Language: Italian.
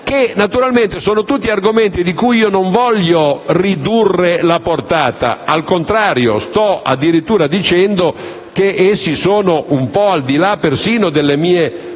Naturalmente sono tutti argomenti di cui non voglio ridurre la portata; al contrario, sto addirittura dicendo che vanno persino un po' al di là delle mie personali